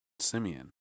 Simeon